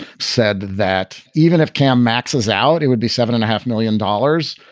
said that even if cam maxes out, it would be seven and a half million dollars.